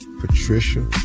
Patricia